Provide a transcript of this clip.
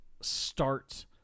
start